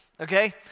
okay